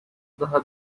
daha